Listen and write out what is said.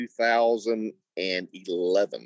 2011